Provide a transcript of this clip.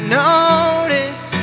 notice